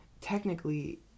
technically